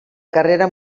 carrera